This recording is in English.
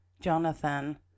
Jonathan